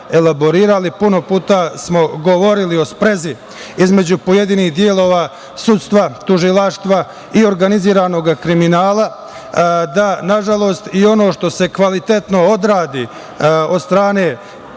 puno puta smo govorili o sprezi između pojedinih delova sudstva, tužilaštva i organiziranog kriminala. Nažalost, i ono što se kvalitetno odradi od strane